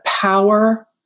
power